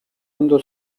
ondo